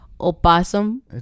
Opossum